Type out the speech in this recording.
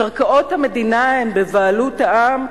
קרקעות המדינה הן בבעלות העם,